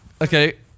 okay